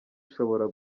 ishobora